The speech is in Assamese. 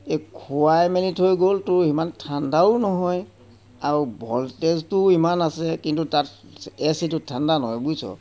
এই খোৱাই মেলি থৈ গ'ল তোৰ সিমান ঠাণ্ডাও নহয় আৰু ভল্টেজটোও ইমান আছে কিন্তু তাত এ চিটো ঠাণ্ডা নহয় বুজিছ